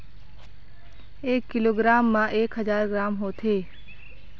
एक किलोग्राम म एक हजार ग्राम होथे